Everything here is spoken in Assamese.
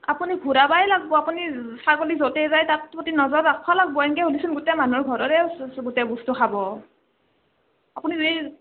আপুনি ঘূৰাবাই লাগব আপুনি ছাগলী য'তে যাই তাৰ প্ৰতি নজৰ ৰাখবাই লাগবো এংকে হ'লিচোন চ চবৰেই গোটেই মানুহৰ ঘৰৰে গোটেই বস্তু খাব আপুনি